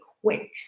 quick